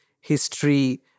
history